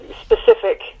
specific